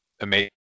amazing